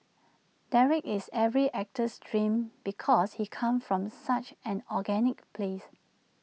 Derek is every actor's dream because he comes from such an organic place